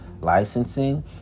licensing